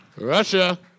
Russia